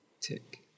tick